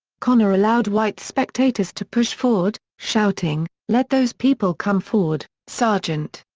connor allowed white spectators to push forward, shouting, let those people come forward, sergeant.